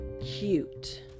cute